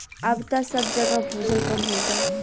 अब त सब जगह भूजल कम होता